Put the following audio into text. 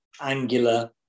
angular